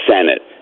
Senate